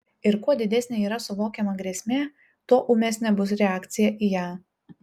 ir kuo didesnė yra suvokiama grėsmė tuo ūmesnė bus reakcija į ją